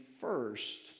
first